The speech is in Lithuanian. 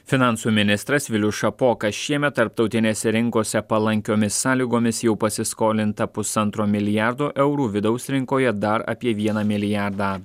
finansų ministras vilius šapoka šiemet tarptautinėse rinkose palankiomis sąlygomis jau pasiskolinta pusantro milijardo eurų vidaus rinkoje dar apie vieną milijardą